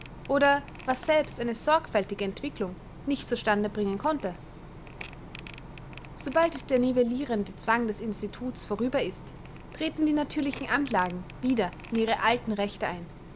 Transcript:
oder was selbst eine sorgfältige entwicklung nicht zu stande bringen konnte sobald der nivellirende zwang des instituts vorüber ist treten die natürlichen anlagen wieder in ihre alten rechte ein